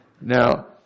Now